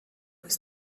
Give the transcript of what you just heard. ist